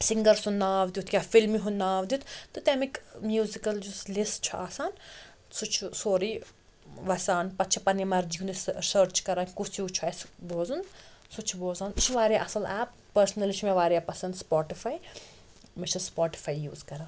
singer سُنٛد ناو دِتھ یا فِلمہِ ہُنٛد ناو دِتھ تہٕ تَمِکۍ میٛوٗزِکَل یُس لِسٹ چھُ آسان سُہ چھُ سورُے وَسان پَتہٕ چھِ پَننہِ مَرضی ہُنٛد أسۍ سٔرٕچ کَران کُس ہیٛوٗ چھُ اسہِ بوزُن سُہ چھِ بوزان یہِ چھُ واریاہ اصٕل ایپ پٔرسٕنلی چھِ مےٚ واریاہ پَسَنٛد سُپاٹِفاے بہٕ چھَس سُپاٹِفاے یوٗز کَران